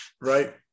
Right